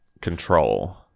control